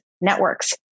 networks